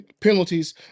penalties